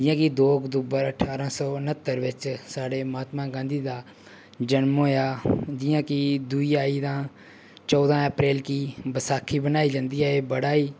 जि'यां कि दो अक्तूबर ठारां सौ न्हत्तर बिच साढे़ महात्मा गांधी दा जनम होएआ जि'यां कि दूई आई तां चौदां अप्रैल गी बसाखी मनाई जंदी ऐ एह् बड़ा ई